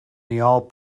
niall